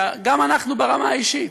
גם אנחנו ברמה האישית,